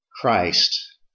Christ